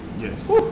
Yes